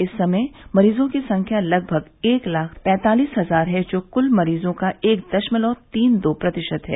इस समय मरीजों की संख्या लगभग एक लाख पैंतालिस हजार है जो कुल मरीजों का एक दशमलव तीन दो प्रतिशत है